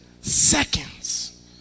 seconds